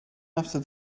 after